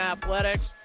Athletics